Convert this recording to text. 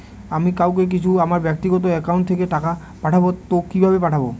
আমি কাউকে কিছু আমার ব্যাক্তিগত একাউন্ট থেকে টাকা পাঠাবো তো কিভাবে পাঠাবো?